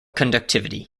conductivity